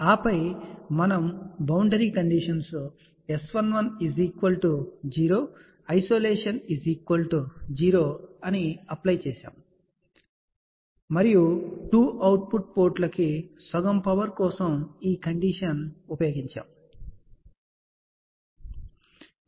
ఆపై మనము boundary conditions S11 0 isolation 0 ని అప్లై చేశాము మరియు 2 అవుట్పుట్ పోర్ట్లకు సగం పవర్ కోసం ఈ కండిషన్ ఉపయోగించబడినది